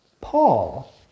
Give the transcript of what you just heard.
Paul